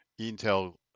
Intel